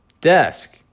Desk